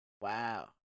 wow